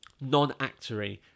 non-actory